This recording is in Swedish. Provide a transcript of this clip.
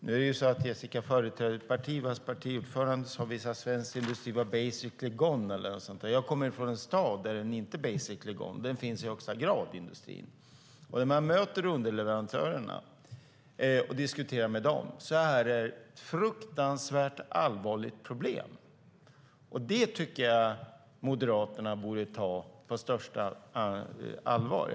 Nu företräder Jessica ett parti vars partiordförande sade att svensk industri var basically gone eller något sådant. Jag kommer från en stad där den inte är basically gone utan där industrin finns i högsta grad. När man möter underleverantörerna och diskuterar med dem ser man att det är ett fruktansvärt allvarligt problem. Det tycker jag att Moderaterna borde ta på största allvar.